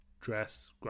Dress